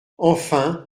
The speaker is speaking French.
enfin